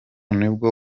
nibwo